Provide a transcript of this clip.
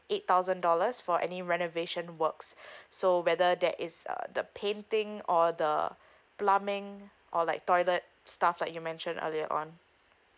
eight thousand dollars for any renovation works so whether that is uh the painting or the plumbing or like toilet stuff like you mentioned earlier on